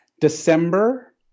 December